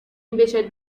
invece